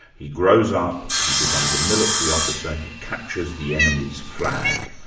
he grows up, he becomes a military officer, he captures the enemy's flag,